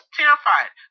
terrified